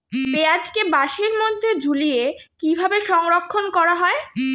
পেঁয়াজকে বাসের মধ্যে ঝুলিয়ে কিভাবে সংরক্ষণ করা হয়?